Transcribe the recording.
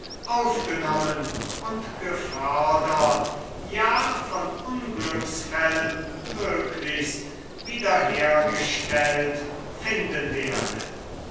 aufgenommen und gefördert ja von unglücksfällen möglichst wiederhergestellt finden werde